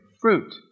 fruit